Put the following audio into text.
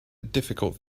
difficult